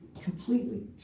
completely